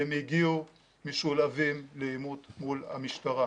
הם הגיעו משולהבים לעימות מול המשטרה.